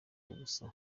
ubusa